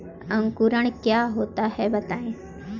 अंकुरण क्या होता है बताएँ?